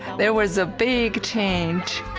there was a big change,